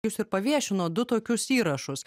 jūs ir paviešinot du tokius įrašus